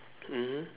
mmhmm